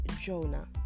jonah